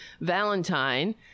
valentine